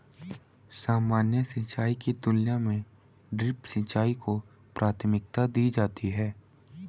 सामान्य सिंचाई की तुलना में ड्रिप सिंचाई को प्राथमिकता दी जाती है